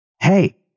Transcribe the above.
Hey